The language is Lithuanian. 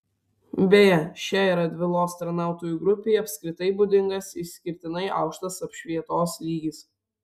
beje šiai radvilos tarnautojų grupei apskritai būdingas išskirtinai aukštas apšvietos lygis